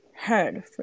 heard